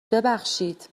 ببخشید